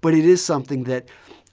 but it is something that